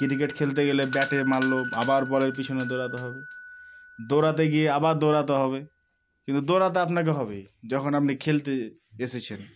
cricket খেলতে গেলে ব্যাটে মারল আবার বলের পিছনে দৌড়াতে হবে দৌড়াতে গিয়ে আবার দৌড়াতে হবে কিন্তু দৌড়াতে আপনাকে হবেই যখন আপনি খেলতে এসেছেন